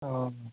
अऽ